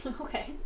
Okay